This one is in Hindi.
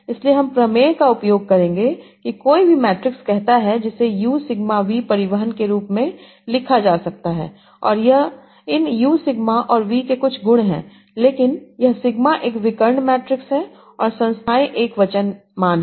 इसलिए हम प्रमेय का उपयोग करेंगे कि कोई भी मैट्रिक्स कहता है जिसे यू सिग्मा वी परिवहन के रूप में लिखा जा सकता है और इन यू सिग्मा और वी के कुछ गुण हैं लेकिन यह सिग्मा एक विकर्ण मैट्रिक्स है और संस्थाएं एकवचन मान हैं